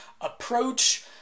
approach